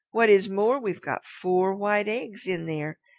what is more, we've got four white eggs in there,